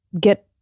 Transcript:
get